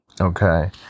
Okay